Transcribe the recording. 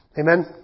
Amen